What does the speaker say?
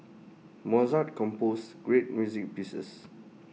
Mozart composed great music pieces